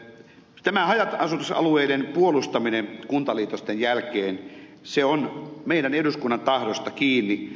tämä haja asutusalueiden puolustaminen kuntaliitosten jälkeen on eduskunnan tahdosta kiinni